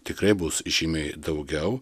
tikrai bus žymiai daugiau